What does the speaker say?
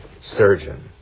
surgeon